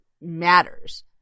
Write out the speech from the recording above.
matters